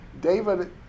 David